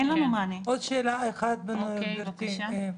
עוד שאלה אחת, גבירתי.